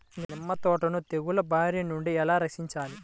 నిమ్మ తోటను తెగులు బారి నుండి ఎలా రక్షించాలి?